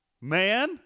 man